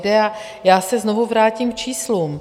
A já se znovu vrátím k číslům.